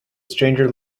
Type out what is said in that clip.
stranger